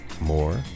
more